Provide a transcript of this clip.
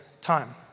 time